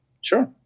sure